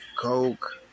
coke